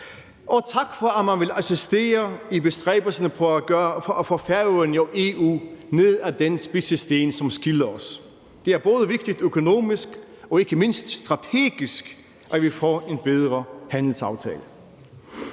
Og tak for, at man også vil assistere i bestræbelserne på at få Færøerne og EU ned af den spidse sten, som skiller os. Det er vigtigt både økonomisk og ikke mindst strategisk, at vi får en bedre handelsaftale.